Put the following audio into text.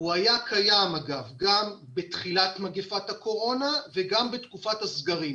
הוא היה קיים גם בתחילת מגפת הקורונה וגם בתקופת הסגרים.